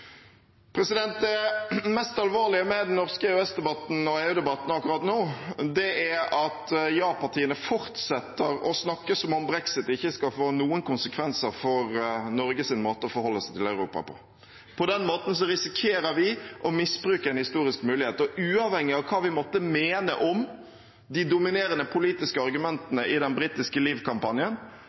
Det mest alvorlige med den norske EØS-debatten og EU-debatten akkurat nå er at ja-partiene fortsetter å snakke som om brexit ikke skal få noen konsekvenser for Norges måte å forholde seg til Europa på. På den måten risikerer vi å misbruke en historisk mulighet, og uavhengig av hva vi måtte mene om de dominerende politiske argumentene i den britiske